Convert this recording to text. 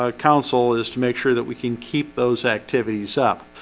ah council is to make sure that we can keep those activities up.